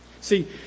See